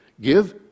Give